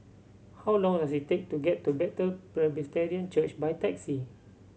how long does it take to get to Bethel Presbyterian Church by taxi